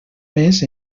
més